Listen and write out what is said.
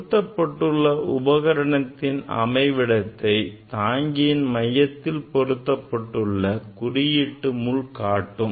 பொருத்தப்பட்டுள்ள உபகரணத்தின் அமைவிடத்தை தாங்கியின் மையத்தில் பொருத்தப்பட்டுள்ள குறியீட்டு முள் காட்டும்